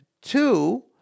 two